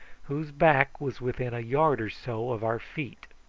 whose back was within a yard or so of our feet.